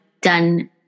done